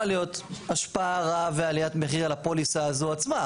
להיות השפעה רעה ועליית מחיר על הפוליסה הזו עצמה.